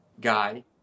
guy